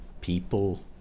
people